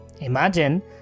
Imagine